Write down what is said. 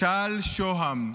טל שוהם,